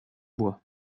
bois